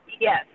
Yes